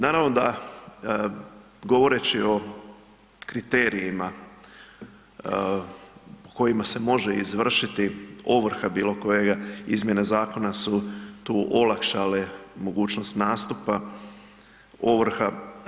Naravno da govoreći o kriterijima po kojima se može izvršiti ovrha bilo kojega izmjene zakona su tu olakšale mogućnost nastupa ovrha.